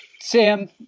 Sam